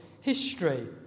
history